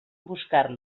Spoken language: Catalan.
buscar